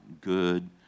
good